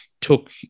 took